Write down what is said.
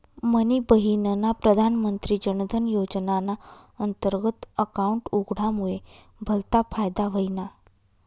मनी बहिनना प्रधानमंत्री जनधन योजनाना अंतर्गत अकाउंट उघडामुये भलता फायदा व्हयना